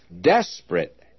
desperate